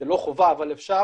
זה לא חובה אבל אפשר,